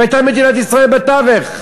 והייתה מדינת ישראל בתווך.